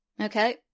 Okay